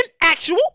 actual